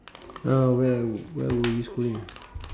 uh where where were you schooling